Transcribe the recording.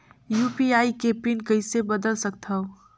UPI के PIN कइसे बदल सकथव?